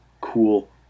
cool